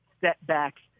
setbacks